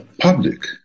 public